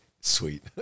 sweet